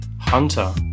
Hunter